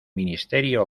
ministerio